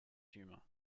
humour